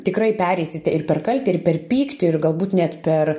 tikrai pereisite ir per kaltę ir per pyktį ir galbūt net per